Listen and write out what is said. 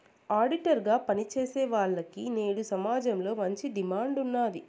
auditor గా పని చేసేవాల్లకి నేడు సమాజంలో మంచి డిమాండ్ ఉన్నాది